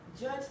judge